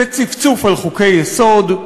בצפצוף על חוקי-יסוד.